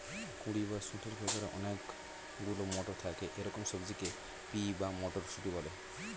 কুঁড়ি বা শুঁটির ভেতরে অনেক গুলো মটর থাকে এরকম সবজিকে পি বা মটরশুঁটি বলে